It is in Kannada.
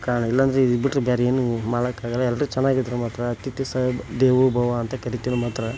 ಕಾರಣ ಇಲ್ಲಾಂದರೆ ಇದು ಬಿಟ್ರೆ ಬೇರೆ ಏನೂ ಮಾಡೋಕ್ಕಾಗಲ್ಲ ಎಲ್ಲರೂ ಚೆನ್ನಾಗಿದ್ರೆ ಮಾತ್ರ ಅತಿಥಿ ಸ ದೇವೋ ಭವ ಅಂತ ಕರಿತೀವಿ ಮಾತ್ರ